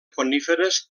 coníferes